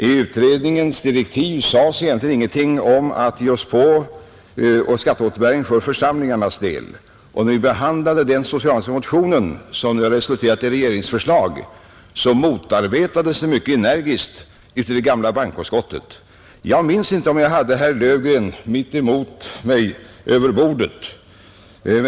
I utredningens direktiv sades egentligen ingenting om att den skulle gå in på skatteåterbäring för församlingarna, När vi i det gamla bankoutskottet behandlade den socialdemokratiska motion som nu har resulterat i ett regeringsförslag motarbetades vi mycket energiskt av de borgerliga. Jag minns inte om jag då hade herr Löfgren mitt emot mig vid bordet.